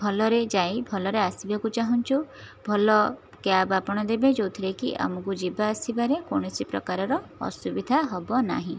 ଭଲରେ ଯାଇ ଭଲରେ ଆସିବାକୁ ଚାହୁଁଚୁ ଭଲ କ୍ୟାବ୍ ଆପଣ ଦେବେ ଯେଉଁଥିରେକି ଆମକୁ ଯିବା ଆସିବାରେ କୌଣସି ପ୍ରକାରର ଅସୁବିଧା ହେବ ନାହିଁ